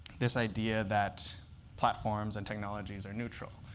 this idea that platforms and technologies are neutral.